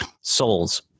souls